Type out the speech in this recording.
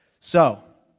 so